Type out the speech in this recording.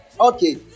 Okay